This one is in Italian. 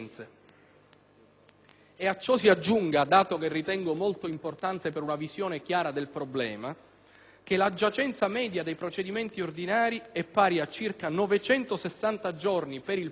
e a ciò si aggiunga - dato che ritengo molto importante per una visione chiara del problema - che la giacenza media dei procedimenti ordinari è pari a circa 960 giorni per il primo grado